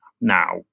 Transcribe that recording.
Now